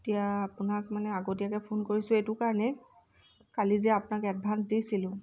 এতিয়া আপোনাক মানে আগতীয়াকৈ ফোন কৰিছো এইটো কাৰণেই কালি যে আপোনাক এডভান্স দিছিলোঁ